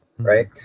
right